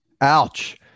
ouch